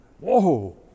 whoa